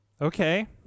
Okay